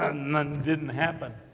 and and didn't happen!